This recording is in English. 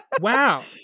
Wow